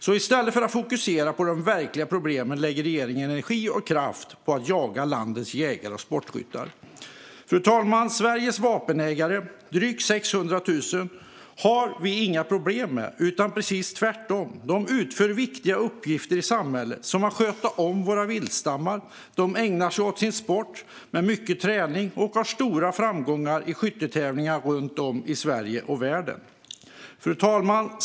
I stället för att fokusera på de verkliga problemen lägger regeringen energi och kraft på att jaga landets jägare och sportskyttar. Fru talman! Sveriges vapenägare, drygt 600 000 personer, har vi inga problem med. Tvärtom utför de viktiga uppgifter i samhället som att sköta om våra viltstammar, ägnar sig åt sin sport med mycket träning och har stora framgångar i skyttetävlingar runt om i Sverige och i världen. Fru talman!